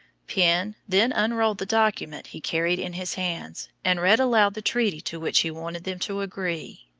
penn then unrolled the document he carried in his hands, and read aloud the treaty to which he wanted them to agree.